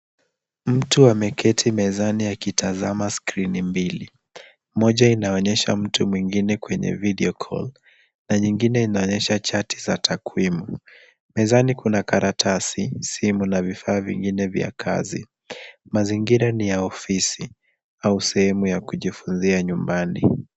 Mtu ameketi mezani akitazama skrini mbili. Moja inaonyesha mtu mweingine kwenye videocall na nyingine inaonyesha chati za takwimu. Mezani kuna karatasi, simu na vifaa vingine vya kazi. Mazingira ni ya ofisi au sehemu ya kujifunzi anyumbani.